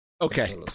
Okay